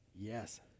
Yes